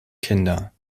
kinder